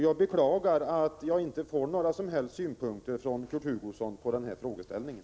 Jag beklagar att jag inte får några som helst synpunkter från Kurt Hugosson när det gäller den frågeställningen.